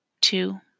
Two